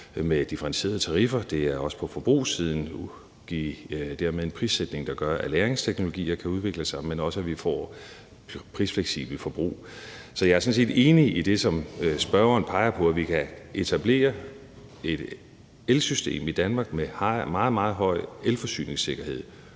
med differentierede tariffer. Det er også på forbrugssiden med en prissætning, der gør, at lagringsteknologier kan udvikle sig, men også, at vi får prisfleksibelt forbrug. Så jeg er sådan set enig i det, som spørgeren peger på, nemlig at vi kan etablere et elsystem i Danmark med meget, meget høj elforsyningssikkerhed